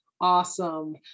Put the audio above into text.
awesome